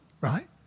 right